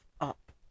up